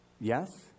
Yes